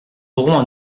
aurons